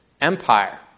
empire